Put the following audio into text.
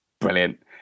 Brilliant